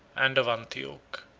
and of antioch.